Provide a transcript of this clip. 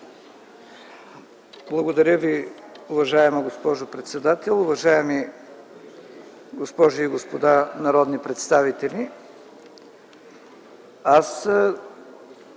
Благодаря, уважаема госпожо председател. Уважаеми госпожи и господа народни представители!